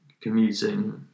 Commuting